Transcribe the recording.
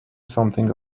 something